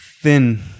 thin